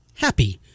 HAPPY